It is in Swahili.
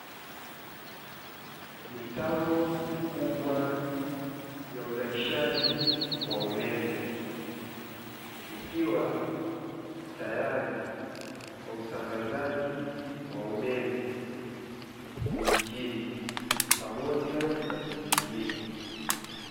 Mitambo mikubwa ya uzalishaji wa umeme, ikiwa tayari kwa usambazaji wa umeme mijini pamoja na vijijini.